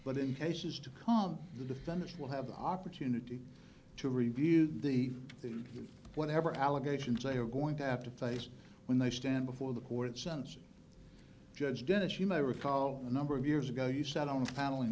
but in cases to come the defendants will have the opportunity to review the whatever allegations they are going to have to face when they stand before the court censor judge dennis you may recall a number of years ago you sat on the panel in